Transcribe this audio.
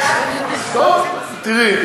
תראי,